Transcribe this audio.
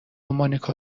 مانیکا